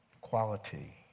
quality